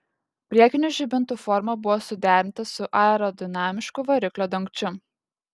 priekinių žibintų forma buvo suderinta su aerodinamišku variklio dangčiu